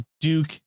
duke